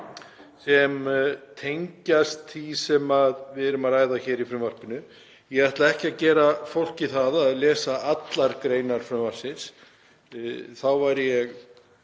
sem tengjast því sem við erum að ræða hér í frumvarpinu. Ég ætla ekki að gera fólki það að lesa allar greinar samningsins — þá væri ég